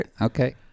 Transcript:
okay